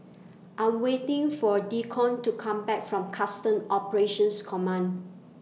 I'm waiting For Deacon to Come Back from Customs Operations Command